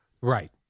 Right